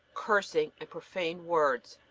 cursing, and profane words.